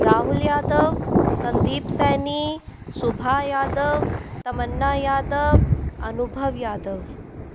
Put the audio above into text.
Rahul Yadav Sandeep Saini Shubha Yadav Tamanna Yadav Anubhav Yadav